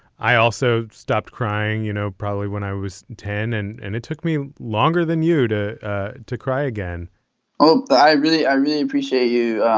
i also stopped crying. you know, probably when i was ten and and it took me longer than you to ah to cry again oh, i really i really appreciate you.